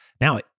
Now